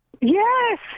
Yes